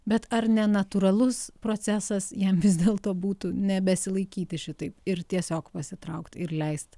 bet ar nenatūralus procesas jam vis dėlto būtų nebesilaikyti šitaip ir tiesiog pasitraukt ir leist